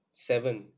seven